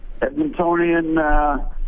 Edmontonian